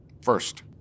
first